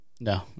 No